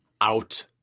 out